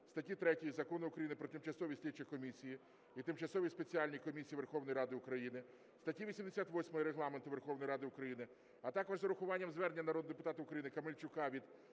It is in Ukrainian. статті 3 Закону України "Про тимчасові слідчі комісії і тимчасові спеціальні комісії Верховної Ради України", статті 88 Регламенту Верховної Ради України, а також з урахуванням звернення народного депутата України Камельчука від